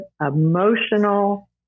emotional